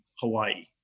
Hawaii